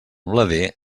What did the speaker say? blader